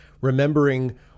remembering